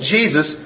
Jesus